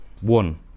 One